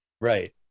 Right